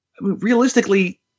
realistically